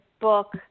book